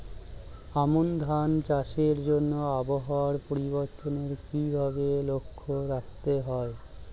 আমন ধান চাষের জন্য আবহাওয়া পরিবর্তনের কিভাবে লক্ষ্য রাখতে হয়?